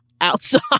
outside